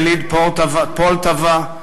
יליד פולטבה,